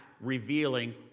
revealing